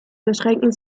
beschränken